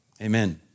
amen